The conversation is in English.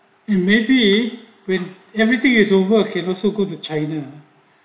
you may be when everything is over you can also go to china